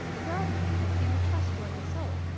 the gardener had seemed a trustworthy soul,